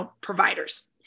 providers